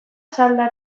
salda